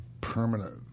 permanent